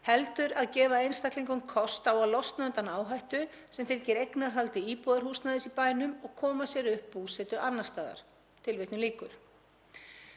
heldur að gefa einstaklingum kost á að losna undan áhættu sem fylgir eignarhaldi íbúðarhúsnæðis í bænum og taka upp búsetu annars staðar.“ Frá